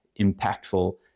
impactful